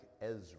Ezra